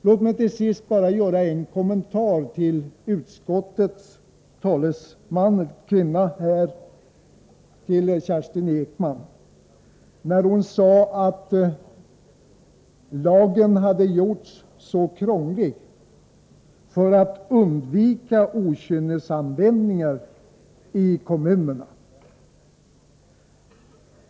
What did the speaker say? Låt mig till sist bara göra en kommentar till utskottets talesman Kerstin Ekman, som sade att anledningen till att lagen hade gjorts så krånglig var att man ville undvika okynnesanvändningar i kommunerna.